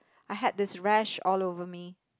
I had this rash all over me